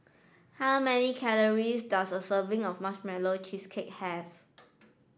how many calories does a serving of marshmallow cheesecake have